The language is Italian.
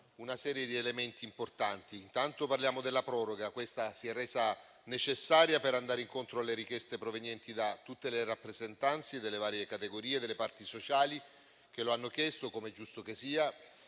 una serie di elementi importanti. Intanto parliamo della proroga, che si è resa necessaria per andare incontro alle richieste provenienti da tutte le rappresentanze delle varie categorie e dalle parti sociali, che lo hanno chiesto, come è giusto che sia.